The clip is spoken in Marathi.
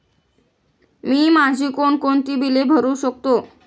मी माझी कोणकोणती बिले भरू शकतो?